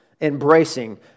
embracing